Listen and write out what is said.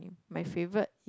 my favourite